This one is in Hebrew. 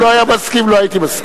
אם הוא לא היה מסכים, לא הייתי מסכים.